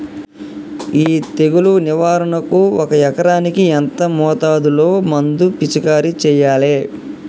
ఈ తెగులు నివారణకు ఒక ఎకరానికి ఎంత మోతాదులో మందు పిచికారీ చెయ్యాలే?